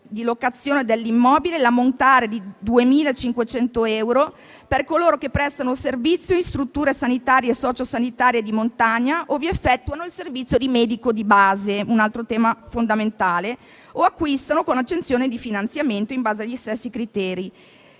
di locazione dell'immobile e l'ammontare di 2.500 euro per coloro che prestano servizio in strutture sanitarie e sociosanitarie di montagna o vi effettuano il servizio di medico di base - un altro tema fondamentale - o acquistano con accensione di finanziamento in base agli stessi criteri.